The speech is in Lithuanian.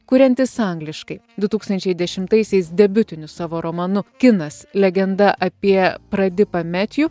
kuriantis angliškai du tūkstančiai dešimtaisiais debiutiniu savo romanu kinas legenda apie pradipą metju